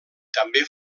també